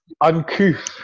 uncouth